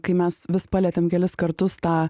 kai mes vis palietėm kelis kartus tą